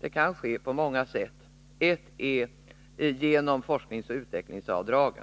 Det kan ske på många sätt — ett är genom forskningsoch utvecklingsavdrag.